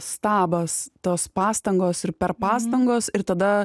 stabas tos pastangos ir perpastangos ir tada